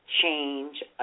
change